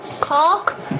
Cock